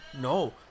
No